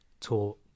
taught